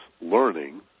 learning